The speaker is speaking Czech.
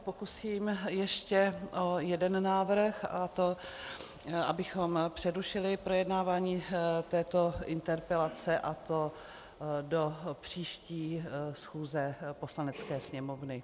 Pokusím se ještě o jeden návrh, a to abychom přerušili projednávání této interpelace, a to do příští schůze Poslanecké sněmovny.